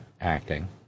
acting